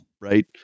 right